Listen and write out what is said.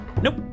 Nope